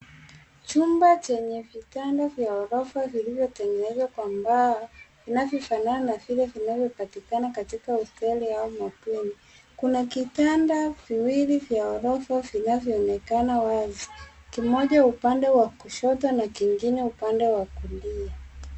Chumba chenye vitanda vya ghorofa vilivyotegenezwa kwa mbao vinavyofanana na vile vinavyopatikana katika hosteli au mabweni. Kuna kitanda viwili vya ghorofa vinavyoonekana wazi. Kimoja upande wa kushoto na kingine upande wa kulia.